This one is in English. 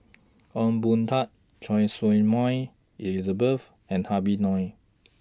Ong Boon Tat Choy Su Moi Elizabeth and Habib Noh